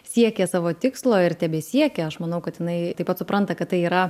siekė savo tikslo ir tebesiekia aš manau kad jinai taip pat supranta kad tai yra